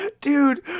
Dude